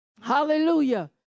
Hallelujah